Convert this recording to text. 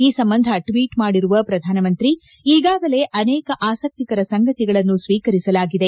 ಈ ಸಂಬಂಧ ಟ್ವೀಟ್ ಮಾಡಿರುವ ಪ್ರಧಾನಮಂತ್ರಿ ಈಗಾಗಲೇ ಅನೇಕ ಆಸಕ್ತಿಕರ ಸಂಗತಿಗಳನ್ನು ಸ್ವೀಕರಿಸಲಾಗಿದೆ